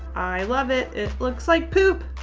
i love it. it looks like poop!